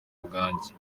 bwanjye